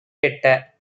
கெட்ட